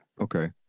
Okay